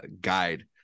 guide